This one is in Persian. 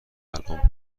الان